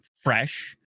fresh